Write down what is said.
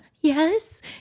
yes